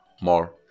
more